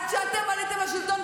עד שאתם עליתם לשלטון,